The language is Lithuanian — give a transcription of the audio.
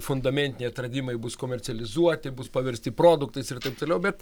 fundamentiniai atradimai bus komercializuoti bus paversti produktais ir taip toliau bet